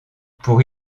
pour